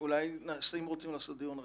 אם רוצים לקיים דיון רציני,